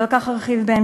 אבל על כך ארחיב בהמשך.